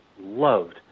loved